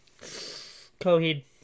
Coheed